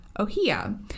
Ohia